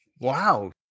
Wow